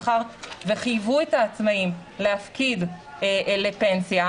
מאחר שחייבו את העצמאים להפקיד לפנסיה,